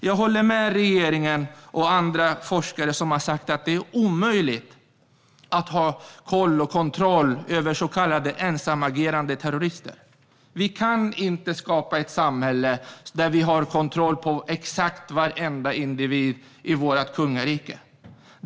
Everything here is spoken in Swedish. Jag håller med regeringen och de forskare som har sagt att det är omöjligt att ha koll på och kontroll över så kallade ensamagerande terrorister. Vi kan inte skapa ett samhälle där vi har kontroll på exakt varenda individ i vårt kungarike.